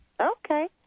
Okay